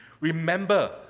remember